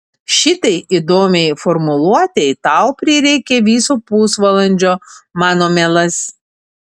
šitai įdomiai formuluotei tau prireikė viso pusvalandžio mano mielas